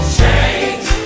change